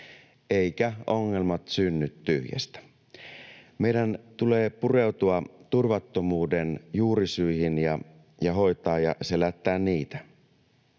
eivätkä ongelmat synny tyhjästä. Meidän tulee pureutua turvattomuuden juurisyihin ja hoitaa ja selättää niitä.